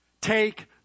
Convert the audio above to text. Take